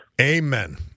Amen